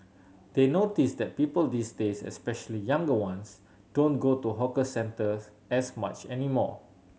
they notice that people these days especially younger ones don't go to hawker centres as much anymore